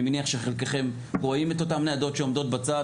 אני מניח שחלקכם רואים את אותן ניידות שעומדות בצד,